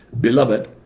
Beloved